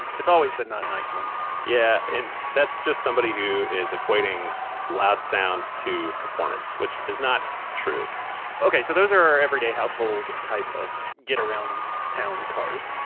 it's always a not nice one yeah, and that's just somebody who is equating loud sounds to performance, which is not true okay, so those are our everyday, household type of get around town cars.